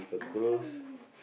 answer me